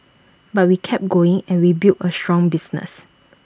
but we kept going and we built A strong business